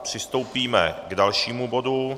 Přistoupíme k dalšímu bodu.